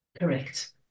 correct